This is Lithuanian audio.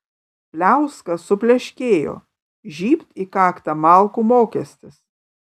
pliauska supleškėjo žybt į kaktą malkų mokestis